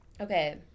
Okay